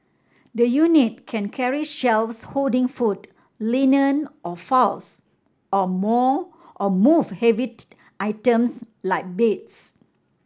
the unit can carry shelves holding food linen or files or moll or move items like beds